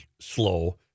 slow